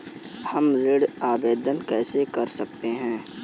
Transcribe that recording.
हम ऋण आवेदन कैसे कर सकते हैं?